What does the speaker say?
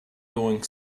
doing